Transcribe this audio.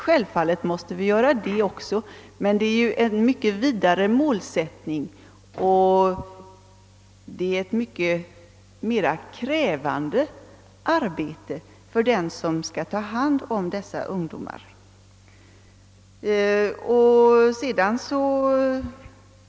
Självfallet måste vi också uppnå detta, men målsättningen är som sagt mycket vidare, och arbetet är också mycket mer krävande för dem som skall ha hand om ungdomarna.